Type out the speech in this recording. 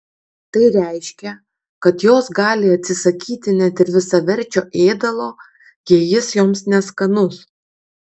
tai reiškia kad jos gali atsisakyti net ir visaverčio ėdalo jei jis joms neskanus